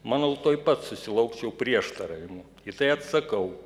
manau tuoj pat susilaukčiau prieštaravimų ir tai atsakau